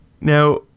Now